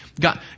God